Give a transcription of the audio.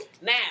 now